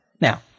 Now